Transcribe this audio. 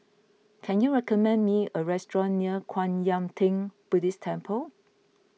can you recommend me a restaurant near Kwan Yam theng Buddhist Temple